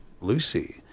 Lucy